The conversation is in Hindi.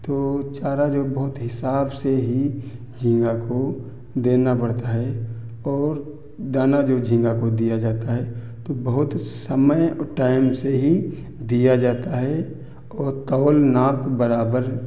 तो चारा जो बहुत हिसाब से ही झींगा को देना पड़ता है और दाना जो झींगा को दिया जाता है तो बहुत समय और टाइम से ही दिया जाता है और तौल नाप बराबर